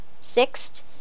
Sixth